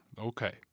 Okay